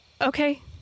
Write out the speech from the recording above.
Okay